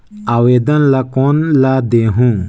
आवेदन ला कोन ला देहुं?